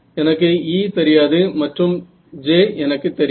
எனக்கு E தெரியாது மற்றும் J எனக்கு தெரியும்